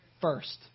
first